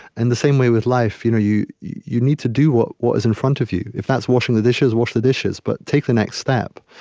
and the same way with life you know you you need to do what what is in front of you. if that's washing the dishes, wash the dishes. but take the next step.